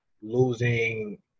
losing